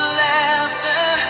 laughter